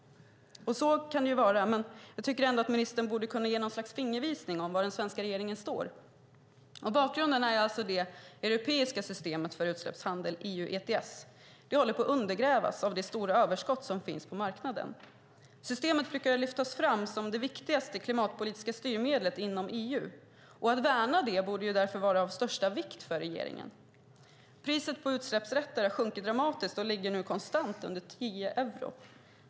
Så kan det ju vara, men jag tycker ändå att ministern borde kunna ge en fingervisning om var den svenska regeringen står. Bakgrunden är att det europeiska systemet för utsläppshandel, EU ETS, håller på att undergrävas av det stora överskottet på marknaden. Systemet brukar lyftas fram som det viktigaste klimatpolitiska styrmedlet inom EU. Att värna det borde därför vara av största vikt för regeringen. Priset på utsläppsrätter har sjunkit dramatiskt, och ligger nu konstant under 10 euro.